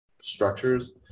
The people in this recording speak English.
structures